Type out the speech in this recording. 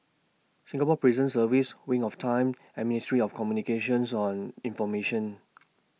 Singapore Prison Service Wings of Time and Ministry of Communications on Information